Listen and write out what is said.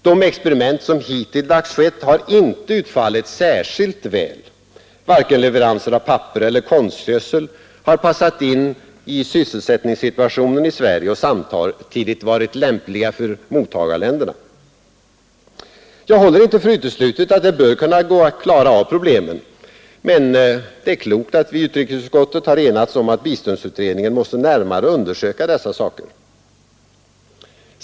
De experiment som hittilldags skett har inte utfallit särskilt väl. Varken leveranser av papper eller konstgödsel har passat in i sysselsättningssituationen i Sverige och samtidigt varit lämpliga för mottagarländerna. Jag håller inte för uteslutet att det bör kunna gå att klara av problemen, men det är klokt att vi i utrikesutskottet har enats om att biståndsutredningen måste närmare undersöka dessa saker.